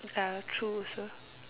ya true also